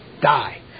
die